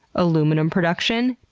aluminum production,